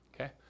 Okay